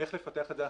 איך לפתח את זה.